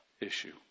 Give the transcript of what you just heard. issue